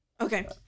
okay